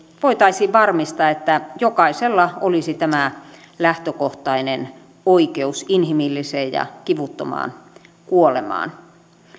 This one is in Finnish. voitaisiin varmistaa että jokaisella olisi tämä lähtökohtainen oikeus inhimilliseen ja kivuttomaan kuolemaan